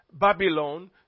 Babylon